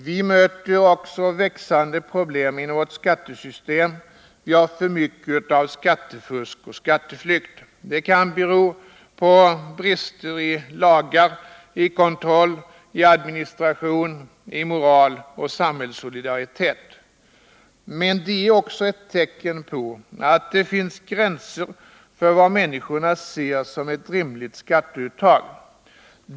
Vi möter också växande problem inom vårt skattesystem — vi har för mycket av skattefusk och skatteflykt. Det kan bero på brister i lagar, i kontroll, i administration, i moral och i samhällssolidaritet. Men det är också ett tecken på att det finns gränser för vad människorna ser som ett rimligt skatteuttag.